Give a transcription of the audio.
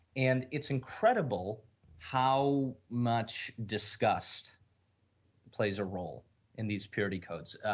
and it's incredible how much discussed plays a role in these asperity quotes,